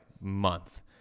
month